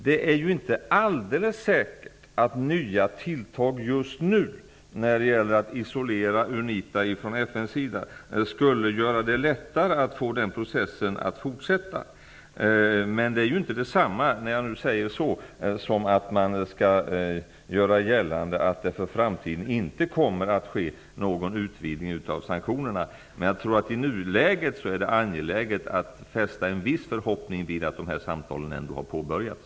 Det är inte helt säkert att nya tilltag just nu när det gäller att isolera UNITA ifrån FN:s sida, skulle göra det lättare att fortsätta den processen. Det är dock inte detsamma som att man skall göra gällande att det för framtiden inte kommer att ske någon utvidgning av sanktionerna. Jag tror att i nuläget är det angeläget att fästa en viss förhoppning vid att dessa samtal ändå har påbörjats.